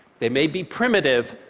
they may be primitive,